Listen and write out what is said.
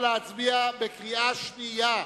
נא להצביע בקריאה שנייה,